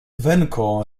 venko